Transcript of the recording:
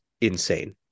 insane